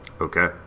okay